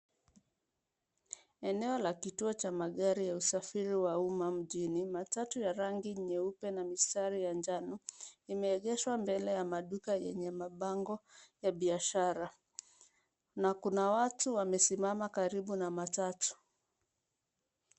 Eneo la kituo cha magari ya usafiri wa umma mjini. Mtatu ya rangi nyeupe na mistari ya njano imeegeshwa mbele ya maduka enye mabango ya biashara. Na kuna watu wamesimama karibu na matatu.